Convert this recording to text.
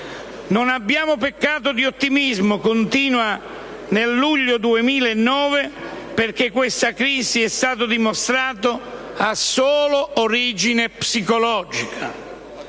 «Non abbiamo peccato di ottimismo» - continua nel luglio 2009 - «perché questa crisi, è stato dimostrato, ha solo origine psicologica».